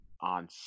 on